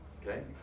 Okay